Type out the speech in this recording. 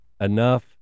enough